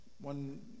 One